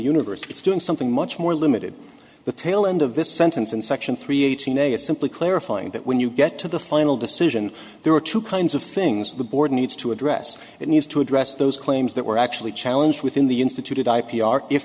universe it's doing something much more limited the tail end of this sentence and section three eighteen a is simply clarifying that when you get to the final decision there are two kinds of things the board needs to address it needs to address those claims that were actually challenge within the instituted i